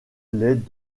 les